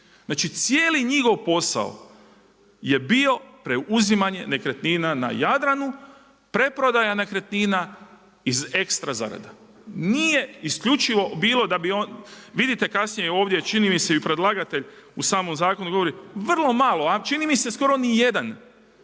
Znači cijeli njegov posao je bio preuzimanje nekretnina na Jadranu, preprodaja nekretnina iz ekstra zarada. Nije isključivo bilo da bi on, vidite kasnije ovdje, čini mi se i predlagatelj u samom zakonu govori, vrlo malo a čini mi se skoro nijedan,